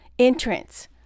entrance